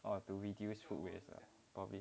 or to reduce food waste ah probably